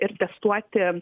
ir testuoti